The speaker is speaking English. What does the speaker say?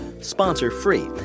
sponsor-free